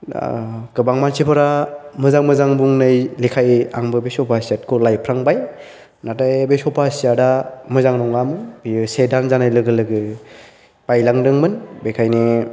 गोबां मानसिफोरा मोजां मोजां बुंनाय लेखायै आंबो बे स'फा सेत खौ लायफ्लांबाय नाथाय बे स'फा सेत आ मोजां नङामोन बेयो से दान जानाय लोगो लोगोनो बायलांदोंमोन बेनिखायनो